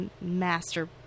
master